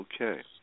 Okay